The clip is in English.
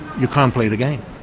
you can't play the game.